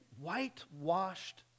Whitewashed